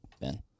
Ben